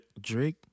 Drake